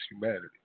humanity